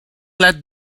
let